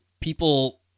people